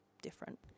different